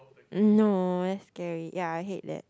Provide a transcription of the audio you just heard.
uh no that's scary ya I hate that